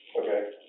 Okay